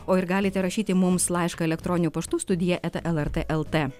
o ir galite rašyti mums laišką elektroniniu paštu studija eta lrt lt